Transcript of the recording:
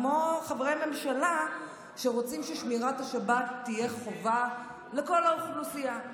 כמו חברי ממשלה שרוצים ששמירת השבת תהיה חובה לכל האוכלוסייה.